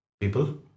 people